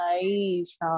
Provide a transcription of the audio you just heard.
nice